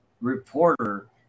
reporter